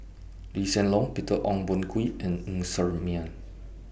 Lee Hsien Loong Peter Ong Boon Kwee and Ng Ser Miang